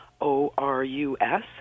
O-R-U-S